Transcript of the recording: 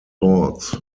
thoughts